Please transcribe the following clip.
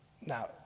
Now